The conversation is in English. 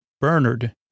Bernard